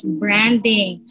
branding